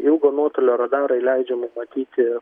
ilgo nuotolio radarai leidžia mum matyti